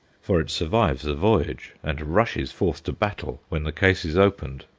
for it survives the voyage, and rushes forth to battle when the case is opened.